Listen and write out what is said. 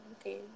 okay